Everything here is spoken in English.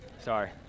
sorry